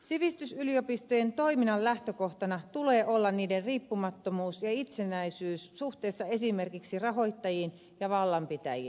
sivistysyliopistojen toiminnan lähtökohtana tulee olla niiden riippumattomuus ja itsenäisyys suhteessa esimerkiksi rahoittajiin ja vallanpitäjiin